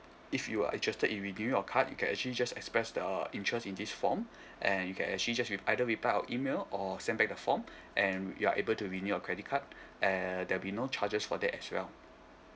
if you are interested in renewing your card you can actually just expressed the interest in this form and you can actually just either reply our email or send back the form and you are able to renew your credit card and there'll be no charges for that as well